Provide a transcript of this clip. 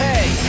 Hey